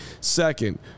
Second